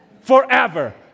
forever